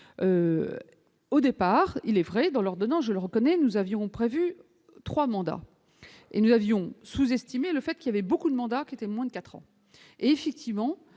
au départ, il est vrai dans l'ordonnance, je le reconnais, nous avions prévu 3 mandats et nous avions sous-estimé le fait qu'il y avait beaucoup de mandats qui était moins de 4 ans effectivement,